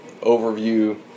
overview